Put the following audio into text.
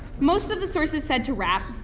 most of the sources said to rap.